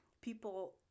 people